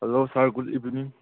hello sir good evening